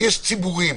יש ציבורים